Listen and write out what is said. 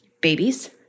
babies